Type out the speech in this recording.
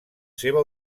seva